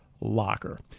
locker